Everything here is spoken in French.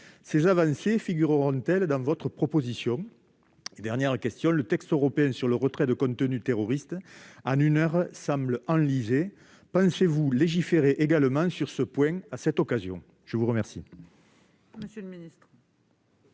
Ces avancées figureront-elles dans votre projet ? Dernière question : le texte européen sur le retrait de contenus terroristes en une heure semble enlisé. Pensez-vous légiférer également sur ce point à cette occasion ? La parole